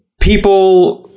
People